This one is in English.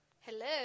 Hello